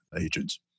agents